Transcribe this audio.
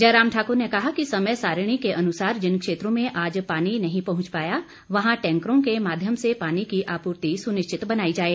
जयराम ठाकुर ने कहा कि समय सारिणी के अनुसार जिन क्षेत्रों में आज पानी नहीं पहुंच पाया वहां टैंकरों के माध्यम से पानी की आपूर्ति सुनिश्चित बनाई जाए